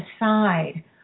aside